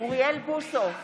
אוריאל בוסו,